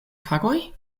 tagoj